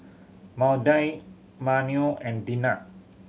Maudie Manuel and Dinah